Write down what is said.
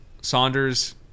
Saunders